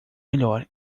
melhor